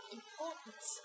importance